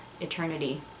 eternity